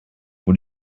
what